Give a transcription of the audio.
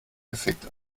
effekt